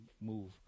move